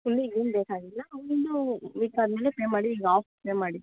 fully ಏನು ಬೇಕಾಗಿಲ್ಲ ಒಂದು ವೀಕಾದ ಮೇಲೆ ಪೇ ಮಾಡಿ ಈಗ ಆಫ್ ಪೇ ಮಾಡಿ